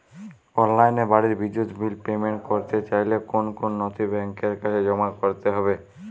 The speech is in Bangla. অনলাইনে বাড়ির বিদ্যুৎ বিল পেমেন্ট করতে চাইলে কোন কোন নথি ব্যাংকের কাছে জমা করতে হবে?